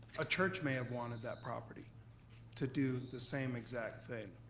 a church may have wanted that property to do the same exact thing.